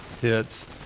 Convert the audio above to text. hits